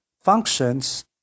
functions